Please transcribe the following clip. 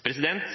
kommunene